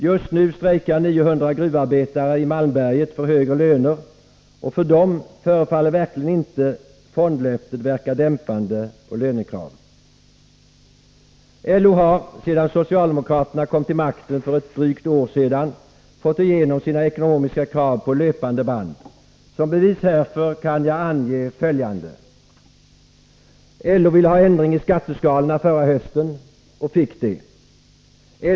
Just nu strejkar 900 gruvarbetare i Malmberget för högre löner, och fondlöftet förefaller sannerligen inte inverka dämpande på deras lönekrav. LO har sedan socialdemokraterna kom till makten för drygt ett år sedan fått igenom sina ekonomiska krav på löpande band. Som bevis härför kan jag ange följande: LO ville ha ändring i skatteskalorna förra hösten — och fick det.